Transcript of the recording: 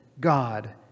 God